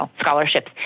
scholarships